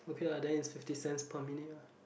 okay lah then it's fifty cents for minute ah